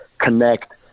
connect